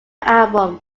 album